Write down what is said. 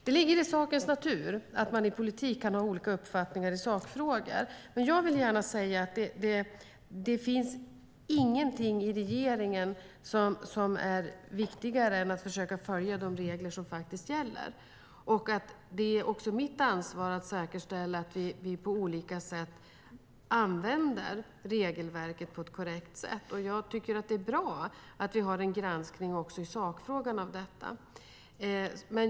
Det ligger i sakens natur att man i politik kan ha olika uppfattningar i sakfrågor, men jag vill gärna säga att det inte finns någonting som är viktigare för regeringen än att försöka följa de regler som faktiskt gäller. Det är också mitt ansvar att säkerställa att vi på olika sätt använder regelverket på ett korrekt sätt, och jag tycker att det är bra att vi har en granskning också i sakfrågan av detta.